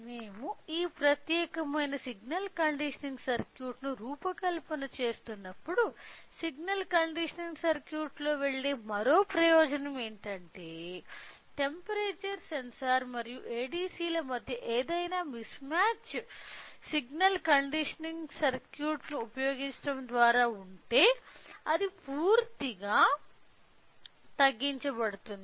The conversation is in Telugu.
మేము ఈ ప్రత్యేకమైన సిగ్నల్ కండిషనింగ్ సర్క్యూట్ను రూపకల్పన చేస్తున్నప్పుడు సిగ్నల్ కండిషనింగ్ సర్క్యూట్తో వెళ్ళే మరో ప్రయోజనం ఏమిటంటే టెంపరేచర్ సెన్సార్ మరియు ADC ల మధ్య ఏదైనా మిస్ మ్యాచ్ సిగ్నల్ కండిషనింగ్ సర్క్యూట్ను ఉపయోగించడం ద్వారా పూర్తిగా తగ్గించబడుతుంది